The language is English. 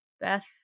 Beth